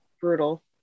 Brutal